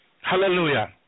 Hallelujah